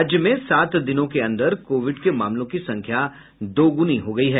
राज्य में सात दिनों के अन्दर कोविड के मामलों की संख्या दोगुनी हो गयी है